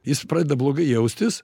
jis pradeda blogai jaustis